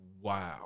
wow